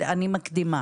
אני מקדימה